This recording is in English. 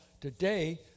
today